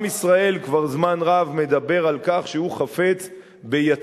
עם ישראל כבר זמן רב מדבר על כך שהוא חפץ ביציבות,